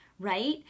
right